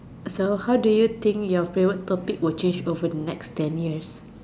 so who do you think your favorite topic will change over the next ten years